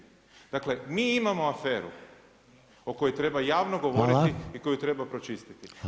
Dakle mi imamo aferu o kojoj treba javno govoriti i koju treba pročistiti.